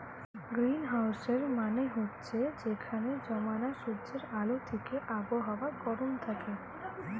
গ্রীনহাউসের মানে হচ্ছে যেখানে জমানা সূর্যের আলো থিকে আবহাওয়া গরম থাকে